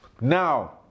Now